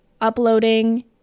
uploading